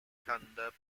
thunder